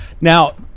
now